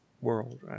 world